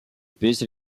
piste